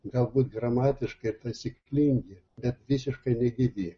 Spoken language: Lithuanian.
galbūt gramatiškai taisyklingi bet visiškai negyvi